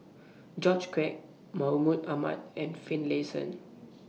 George Quek Mahmud Ahmad and Finlayson